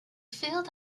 failed